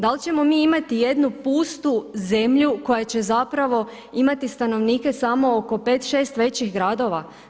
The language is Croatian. Da li ćemo mi imati jednu pustu zemlju koja će zapravo imati stanovnike samo oko 5, 6 većih gradova?